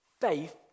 faith